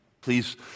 Please